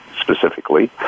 specifically